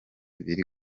biri